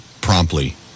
promptly